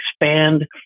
expand